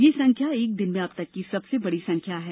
यह संख्या एक दिन में अब तक की सबसे बड़ी है